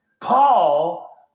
Paul